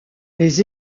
les